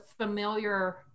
familiar